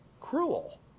cruel